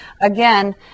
again